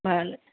ভাড়ালৈ